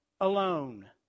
alone